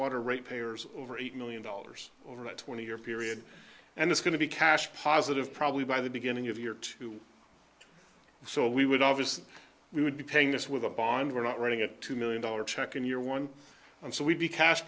wastewater rate payers over eight million dollars over that twenty year period and it's going to be cash positive probably by the beginning of the year too so we would obviously we would be paying this with a bond we're not running at two million dollars check in year one and so we'd be cash